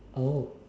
oh